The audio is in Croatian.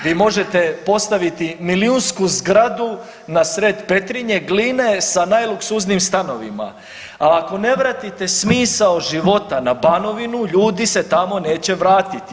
Vi možete postaviti milijunsku zgradu nasred Petrinje, Gline sa najluksuznijim stanovima a ako ne vratite smisao života na Banovinu ljudi se tamo neće vratiti.